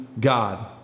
God